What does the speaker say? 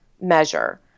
measure